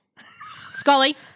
Scully